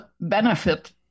benefit